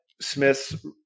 Smith's